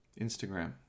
Instagram